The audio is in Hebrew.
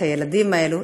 את הילדים האלה,